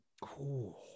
Cool